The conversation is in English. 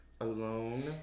alone